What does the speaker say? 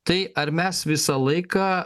tai ar mes visą laiką